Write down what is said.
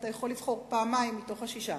ואתה יכול לבחור פעמיים מתוך השישה.